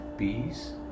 Peace